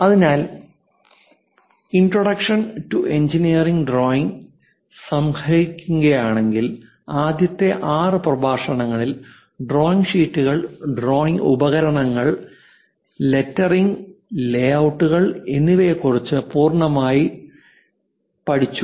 അതിനാൽ introduction to engineering drawing സംഗ്രഹിക്കുകയാണെങ്കിൽ ആദ്യത്തെ ആറ് പ്രഭാഷണങ്ങളിൽ ഡ്രോയിംഗ് ഷീറ്റുകൾ ഡ്രോയിംഗ് ഉപകരണങ്ങൾ ലെറ്ററിംഗ് ലേയൌട്ടികൾ എന്നിവയെ കുറിച്ച് പൂർണമായി പേടിച്ചു